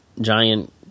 giant